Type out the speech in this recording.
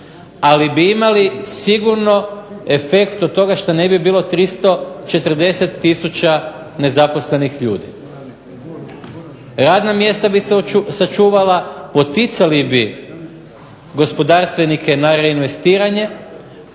Ali bi imali sigurno efekt od toga što ne bi bilo 340000 nezaposlenih ljudi. Radna mjesta bi se sačuvala. Poticali bi gospodarstvenike na reinvestiranje,